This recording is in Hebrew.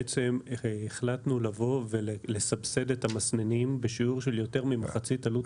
החלטנו לסבסד את המסננים בשיעור של יותר ממחצית עלות המסנן.